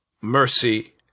mercy